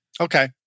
Okay